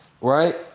Right